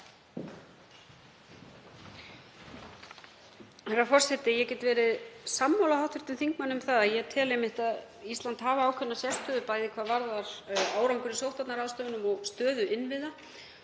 Herra forseti. Ég get verið sammála hv. þingmanni um það. Ég tel einmitt að Ísland hafi ákveðna sérstöðu, bæði hvað varðar árangur í sóttvarnaráðstöfunum og stöðu innviða